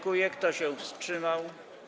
Kto się wstrzymał?